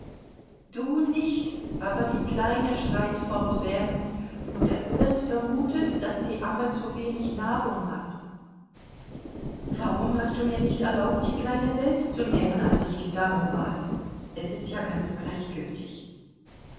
du nicht aber die kleine schreit fortwährend und es wird vermutet daß die amme zu wenig nahrung hat warum hast du mir nicht erlaubt die kleine selbst zu nähren als ich dich darum bat es ist ja ganz gleichgültig